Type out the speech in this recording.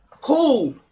Cool